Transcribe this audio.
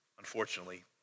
Unfortunately